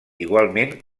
igualment